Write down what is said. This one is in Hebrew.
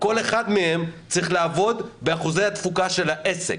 כל אחד מהעובדים צריך להישאר ולעבוד על פי אחוזי התפוקה של העסק.